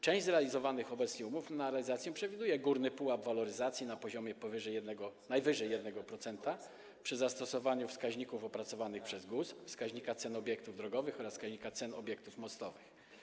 Część zrealizowanych obecnie umów o realizację przewiduje górny pułap waloryzacji na poziomie najwyżej 1% przy zastosowaniu wskaźników opracowanych przez GUS: wskaźnika cen obiektów drogowych oraz wskaźnika cen obiektów mostowych.